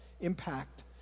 impact